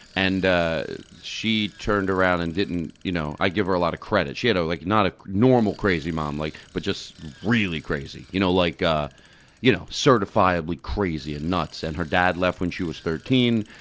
and ah she turned around and didn't you know i give her a lot of credit. she had like not a normal crazy mom, like but just really crazy, you know like ah you know certifiably crazy and nuts, and her dad left when she was thirteen.